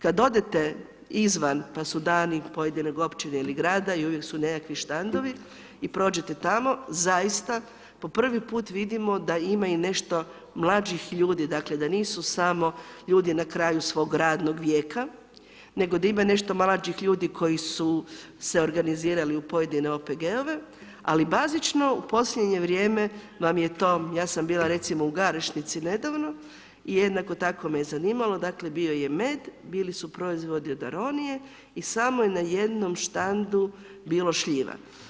Kad odete izvan pa su dani pojedine općine ili grada i uvijek su nekakvi štandovi i prođete tamo, zaista po prvi put vidimo da ima i nešto mlađih ljudi, dakle da nisu samo ljudi na kraju svog radnog vijeka nego da ima nešto mlađih ljudi koji su se organizirali u pojedine OPG-ove ali bazično u posljednje vrijeme vam je to, ja sam bila recimo u Garešnici nedavno i jednako me je zanimalo dakle, bio je med, bili su proizvodi od aronije i samo je na jednom štandu bilo šljiva.